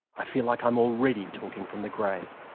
i feel like i'm already talking from the grave.